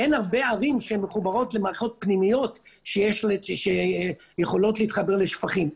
אין הרבה ערים שהן מחוברות למערכות פנימיות שיכולות להתחבר לשפכים,